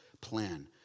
plan